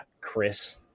Chris